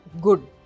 good